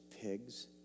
pigs